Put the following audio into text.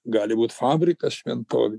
gali būt fabrikas šventovė